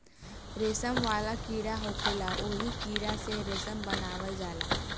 रेशम वाला कीड़ा होखेला ओही कीड़ा से रेशम बनावल जाला